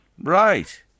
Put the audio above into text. Right